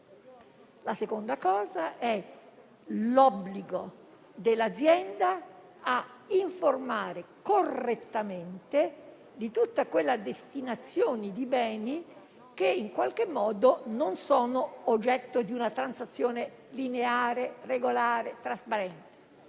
Il secondo punto è l'obbligo dell'azienda di informare correttamente di tutte quelle destinazioni di beni che in qualche modo non sono oggetto di una transazione lineare, regolare, trasparente.